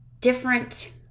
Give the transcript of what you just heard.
different